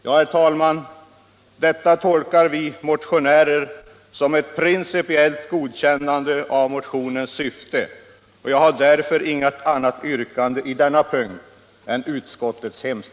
Ja, herr talman, detta tolkar vi motionärer som ett principiellt godkännande av motionens syfte. Jag har därför inget annat yrkande på denna punkt än utskottet.